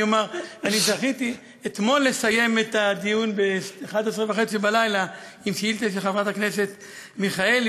זכיתי אתמול לסיים את הדיון ב-23:30 עם שאילתה של חברת הכנסת מיכאלי,